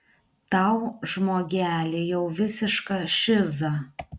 tau žmogeli jau visiška šiza